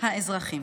האזרחים.